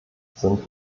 sind